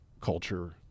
culture